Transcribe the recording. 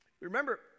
Remember